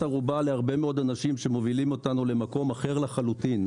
ערובה להרבה מאוד אנשים שמובילים אותנו למקום אחר לחלוטין.